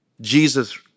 Jesus